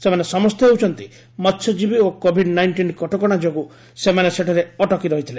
ସେମାନେ ସମସ୍ତେ ହେଉଛନ୍ତି ମହ୍ୟଜୀବୀ ଓ କୋଭିଡ୍ ନାଇଷ୍ଟିନ୍ କଟକଣା ଯୋଗୁଁ ସେମାନେ ସେଠାରେ ଅଟକି ରହିଥିଲେ